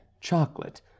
chocolate